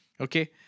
Okay